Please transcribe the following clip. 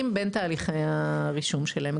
בין תהליכי הרישום שלהם,